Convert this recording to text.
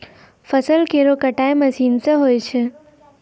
फसल केरो कटाई मसीन सें होय छै